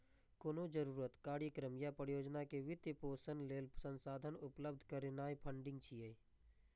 कोनो जरूरत, कार्यक्रम या परियोजना के वित्त पोषण लेल संसाधन उपलब्ध करेनाय फंडिंग छियै